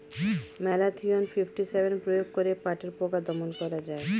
Malathion fifty seven প্রয়োগ করে পাটের পোকা দমন করা যায়?